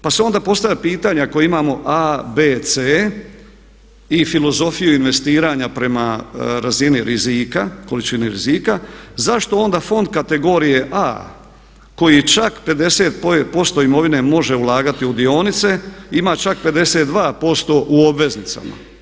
Pa se onda postavlja pitanje ako imamo A, B, C i filozofiju investiranja prema razini rizika, količini rizika zašto onda fond kategorije A koji čak 50% imovine može ulagati u dionice ima čak 52% u obveznicama.